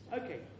okay